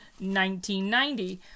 1990